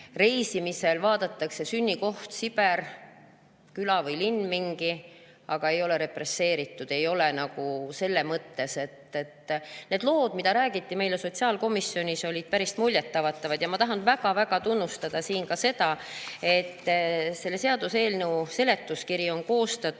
reisimisel vaadatakse: sünnikoht on mingi Siberi küla või linn, aga ei ole represseeritu, ei ole nagu selle mõttes. Need lood, mida räägiti meile sotsiaalkomisjonis, olid päris muljet avaldavad. Ma tahan väga tunnustada ka seda, et selle seaduseelnõu seletuskiri on koostatud